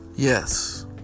yes